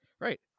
Right